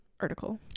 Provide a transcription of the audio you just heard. article